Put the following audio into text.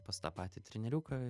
pas tą patį treneriuką